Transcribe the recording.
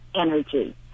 energy